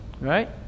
Right